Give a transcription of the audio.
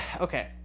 okay